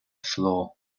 floor